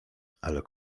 ale